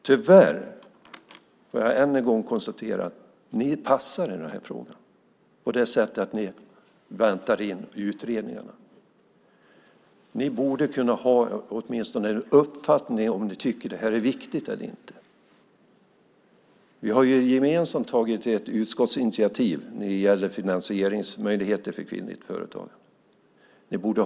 Tyvärr får jag än en gång konstatera att ni passar i den här frågan genom att ni väntar in utredningarna. Ni borde åtminstone kunna ha en uppfattning om huruvida detta är viktigt eller inte. Vi har ju gemensamt tagit ett utskottsinitiativ när det gäller finansieringsmöjligheter för kvinnligt företagande.